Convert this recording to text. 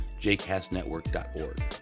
jcastnetwork.org